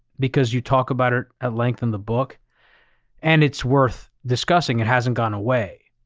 because you talk about it at length in the book and it's worth discussing, it hasn't gone away.